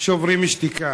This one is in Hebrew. "שוברים שתיקה".